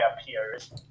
appears